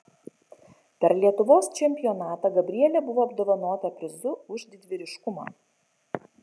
per lietuvos čempionatą gabrielė buvo apdovanota prizu už didvyriškumą